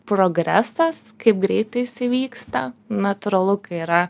progresas kaip greitai jisai vyksta natūralu kai yra